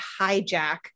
hijack